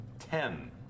Ten